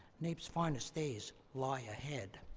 naep's finest days lie ahead.